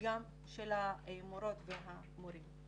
וגם של המורות והמורים.